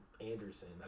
Anderson